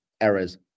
errors